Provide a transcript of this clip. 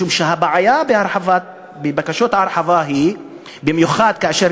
משום שהבעיה בבקשות ההרחבה היא במיוחד כאשר